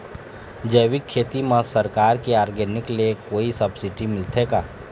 जैविक खेती म सरकार के ऑर्गेनिक ले कोई सब्सिडी मिलथे का?